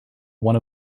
one